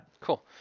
Cool